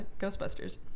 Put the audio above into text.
Ghostbusters